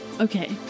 okay